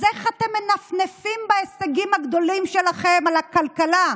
אז איך אתם מנפנפים בהישגים הגדולים שלכם בכלכלה,